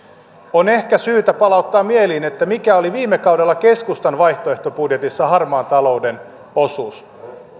on ehkä syytä palauttaa mieleen mikä oli viime kaudella keskustan vaihtoehtobudjetissa harmaan talouden osuus